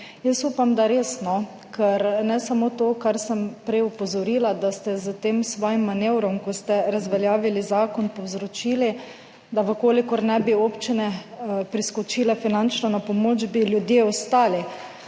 Jaz upam, da res, no, ker ne samo to, kar sem prej opozorila, da ste s tem svojim manevrom, ko ste razveljavili zakon, povzročili, da v kolikor ne bi občine priskočile finančno na pomoč, bi ljudje ostali,